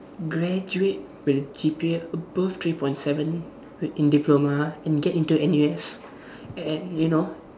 graduate with G_P_A above three point seven with in diploma and get into N_U_S and you know